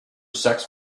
sex